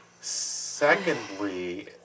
Secondly